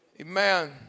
Amen